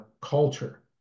culture